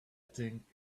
think